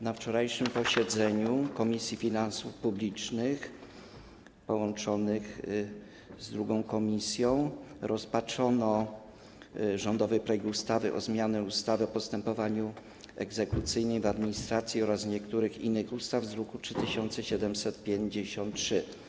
Na wczorajszym posiedzeniu połączonych Komisji Finansów Publicznych z drugą komisją rozpatrzono rządowy projekt ustawy o zmianie ustawy o postępowaniu egzekucyjnym w administracji oraz niektórych innych ustaw, druk nr 3753.